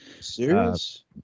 Serious